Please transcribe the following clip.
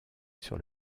sur